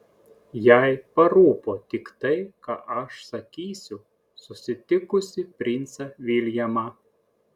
jai parūpo tik tai ką aš sakysiu susitikusi princą viljamą